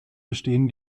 bestehen